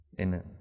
Amen